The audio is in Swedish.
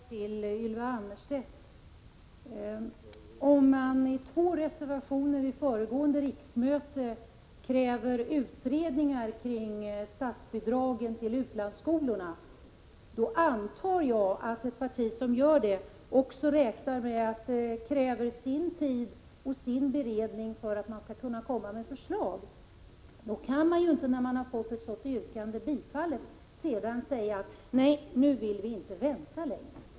Herr talman! Först en kommentar till Ylva Annerstedt. Om ett parti i två reservationer vid föregående riksmöte krävt utredningar kring statsbidraget till utlandsskolorna, antar jag att det partiet räknade med att det krävs tid för beredning innan ett förslag kan presenteras. När man fått ett sådant yrkande bifallet, kan man inte sedan säga: Nej, nu vill vi inte vänta längre.